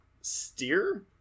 steer